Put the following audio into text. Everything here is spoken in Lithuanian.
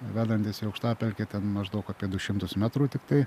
vedantis į aukštapelkę ten maždaug apie du šimtus metrų tiktai